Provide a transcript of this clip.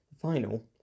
final